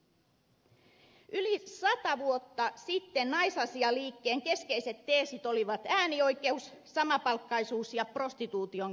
yli sata vuotta sitten naisasialiikkeen keskeiset teesit olivat äänioikeus samapalkkaisuus ja prostituution kitkeminen